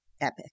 epic